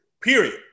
Period